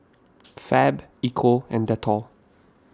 Fab Ecco and Dettol